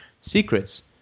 secrets